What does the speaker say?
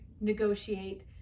negotiate